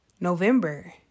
November